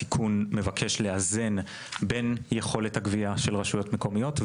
התיקון מבקש לאזן בין יכולת הגבייה של רשויות מקומיות,